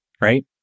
right